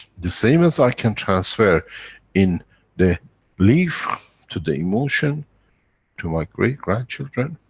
the same as i can transfer in the leaf to the emotion to my great grand children,